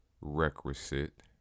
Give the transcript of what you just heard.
requisite